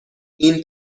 این